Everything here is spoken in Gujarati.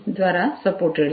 દ્વારા સપોર્ટેડ છે